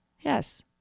Yes